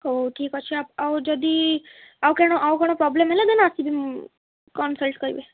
ହଉ ଠିକ୍ ଅଛି ଆଉ ଯଦି ଆଉ କେଣ ଆଉ କ'ଣ ପ୍ରୋବ୍ଲେମ୍ ହେଲା ଦେନ୍ ଆସିବି ମୁଁ କନସଲଟ୍ କରିବେ